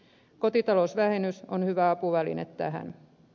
kotitalousvähennys on hyvä apuväline tähän